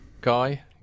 guy